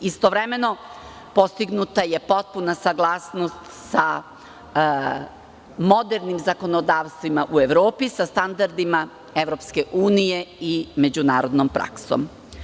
Istovremeno, postignuta je potpuna saglasnost sa modernim zakonodavstvima u Evropi, sa standardima EU i međunarodnom praksom.